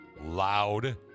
loud